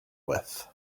with